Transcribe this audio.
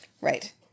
Right